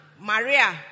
Maria